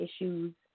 issues